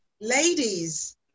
ladies